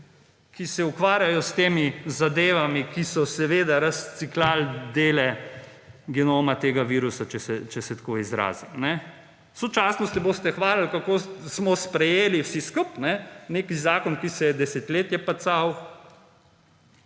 ki se ukvarja s temi zadevami, kjer so razciklali dele genoma tega virusa, če se tako izrazim. Sočasno se boste hvalili, kako smo sprejeli − vsi skup − nek zakon, ki se je desetletje pacal,